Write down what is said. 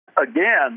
Again